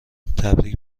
تبریک